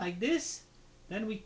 like this and we